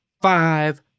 Five